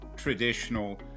Traditional